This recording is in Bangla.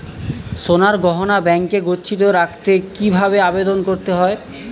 সোনার গহনা ব্যাংকে গচ্ছিত রাখতে কি ভাবে আবেদন করতে হয়?